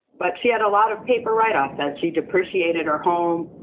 but she had a lot of paper write offs as she depreciated her home,